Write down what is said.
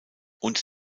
und